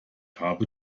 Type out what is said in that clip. habe